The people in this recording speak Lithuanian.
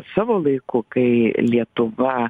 savo laiku kai lietuva